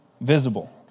visible